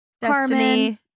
destiny